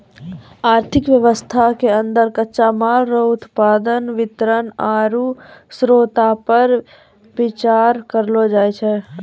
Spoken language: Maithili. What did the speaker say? आर्थिक वेवस्था के अन्दर कच्चा माल रो उत्पादन वितरण आरु श्रोतपर बिचार करलो जाय छै